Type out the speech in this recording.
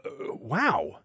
Wow